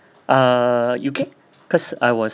uh U_K cause I was